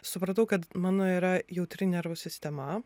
supratau kad mano yra jautri nervų sistema